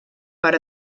per